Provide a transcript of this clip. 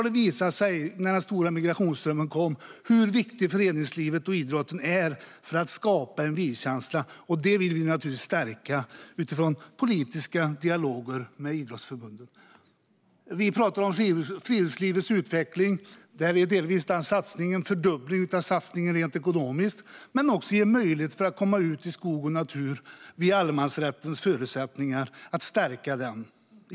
Det visade sig när den stora migrationsströmmen kom hur viktigt föreningslivet och idrotten är för att skapa en vi-känsla. Det vill vi stärka utifrån politiska dialoger med idrottsförbunden. Vi talar om friluftslivets utveckling. Det sker en fördubbling av satsningen rent ekonomiskt, men det handlar också om en möjlighet att komma ut i skog och natur via allemansrättens förutsättningar. Vi vill stärka denna möjlighet.